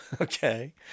Okay